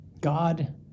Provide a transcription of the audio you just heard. God